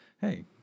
hey